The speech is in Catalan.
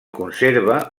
conserva